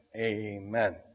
Amen